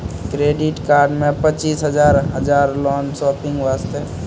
Credit card मे पचीस हजार हजार लोन शॉपिंग वस्ते?